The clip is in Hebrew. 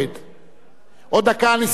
עוד דקה אני סוגר את הרשימה.